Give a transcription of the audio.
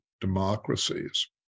democracies